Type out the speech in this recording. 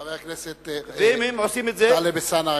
חבר הכנסת טלב אלסאנע,